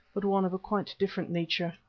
but one of quite a different nature.